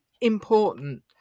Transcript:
important